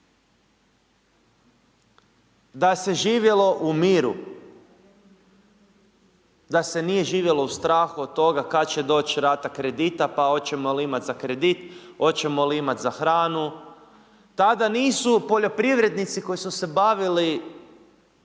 da se živjelo u miru, da se nije živjelo u strahu od toga kada će doći rata kredita pa hoćemo li imati za kredit, hoćemo li imati za hranu? Tada nisu poljoprivrednici koji su se bavili,